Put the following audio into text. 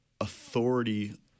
authority